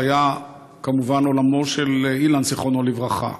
שהיה כמובן עולמו של אילן זיכרונו לברכה,